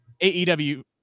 AEW